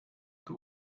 two